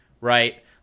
right